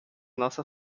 nossa